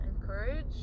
encourage